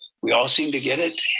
we all seem to get it.